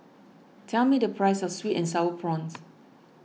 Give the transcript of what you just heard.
tell me the price of Sweet and Sour Prawns